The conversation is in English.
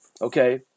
Okay